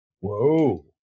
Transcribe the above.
Whoa